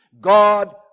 God